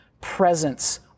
presence